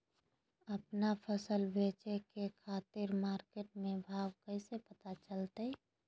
आपन फसल बेचे के खातिर मार्केट के भाव कैसे पता चलतय?